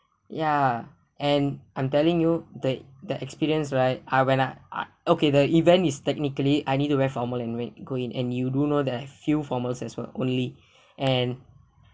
yeah and I'm telling you the the experience right I when I okay the event is technically I need to wear formal and went go in and you do know that I feel formals as well only and